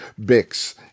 Bix